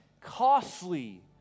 costly